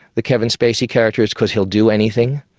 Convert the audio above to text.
the kevin spacey character, is because he do anything?